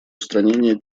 устранение